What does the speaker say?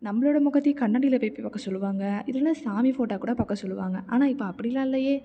நம்மளோடய முகத்தையே கண்ணாடியில் போய் பார்க்க சொல்வாங்க இல்லைன்னா சாமி ஃபோட்டோ கூட பார்க்க சொல்வாங்க ஆனால் இப்போ அப்படிலாம் இல்லையே